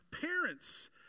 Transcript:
parents